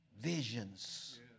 visions